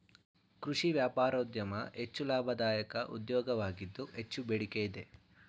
ಕೃಷಿ ವ್ಯಾಪಾರೋದ್ಯಮ ಹೆಚ್ಚು ಲಾಭದಾಯಕ ಉದ್ಯೋಗವಾಗಿದ್ದು ಹೆಚ್ಚು ಬೇಡಿಕೆ ಇದೆ